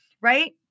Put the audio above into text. right